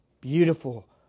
beautiful